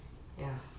ya